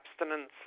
abstinence